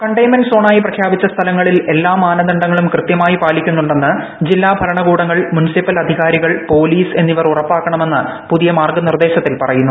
containment സോണ്ടിയി പ്രഖ്യാപിച്ച സ്ഥലങ്ങളിൽ എല്ലാ മാനദണ്ഡങ്ങളും കൃത്യ്മായി പാലിക്കുന്നെന്ന് ജില്ലാതല ഭരണകൂടങ്ങൾ പോലീസ് മുൻസിപ്പൽ അധികാരികൾ എന്നിവർ ഉറപ്പാക്കണമെന്ന് പുതിയ മാർഗ്ഗനിർദ്ദേശം പറയുന്നു